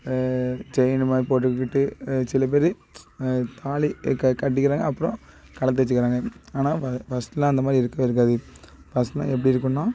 chain மாதிரி போட்டுக்கிட்டு சில பேர் தாலி ஏ க கட்டிக்கிறாங்க அப்புறோம் கழட்டி வச்சிக்கிறாங்க ஆனால் ஃப ஃபர்ஸ்ட் எல்லாம் அந்த மாதிரி இருக்கவே இருக்காது ஃபர்ஸ்ட் எல்லாம் எப்படி இருக்குன்னா